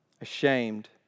ashamed